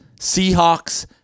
Seahawks